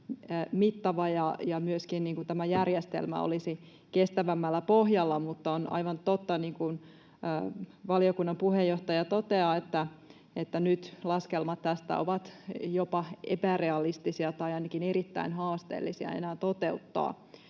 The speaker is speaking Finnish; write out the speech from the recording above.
mittava ja myöskin tämä järjestelmä olisi kestävämmällä pohjalla, mutta on aivan totta, niin kuin valiokunnan puheenjohtaja toteaa, että nyt laskelmat tästä ovat jopa epärealistisia tai ainakin erittäin haasteellisia enää toteuttaa.